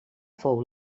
fou